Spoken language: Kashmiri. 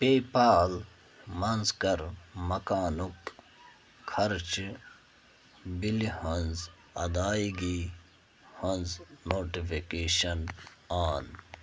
پے پال منٛز کَر مکانُک خرچہٕ بِلہِ ہٕنٛز ادایگی ہٕنٛز نوٹِفکیشن آن